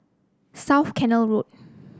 South Canal Road